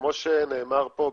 כמו שנאמר פה,